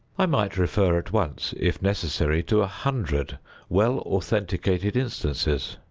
i might refer at once, if necessary to a hundred well authenticated instances.